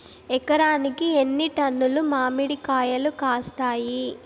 ఎకరాకి ఎన్ని టన్నులు మామిడి కాయలు కాస్తాయి?